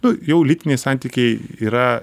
nu jau lytiniai santykiai yra